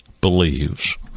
believes